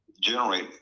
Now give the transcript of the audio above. generate